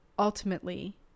Ultimately